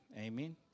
Amen